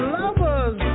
lovers